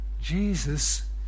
Jesus